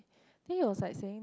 then he was like saying that